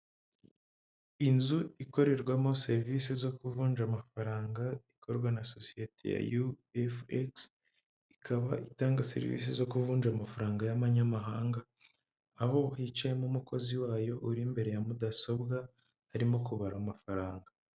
Inzu ikorerwamo serivisi zo kuvunja amafaranga, ikorwa na sosiyete ya yu efu egisi, ikaba itanga serivisi zo kuvunjara amafaranga y'manyamahanga, aho hicayemo umukozi wayo uri imbere ya mudasobwa harimo kubara amafaranga.